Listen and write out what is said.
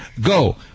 go